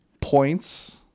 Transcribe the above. points